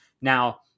Now